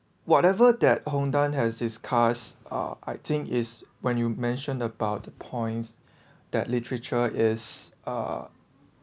whatever that hon dan has its cars ah I think is when you mentioned about the points that literature is uh